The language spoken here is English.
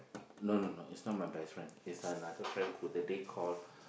no no no it's not my best friend it's another friend who that day call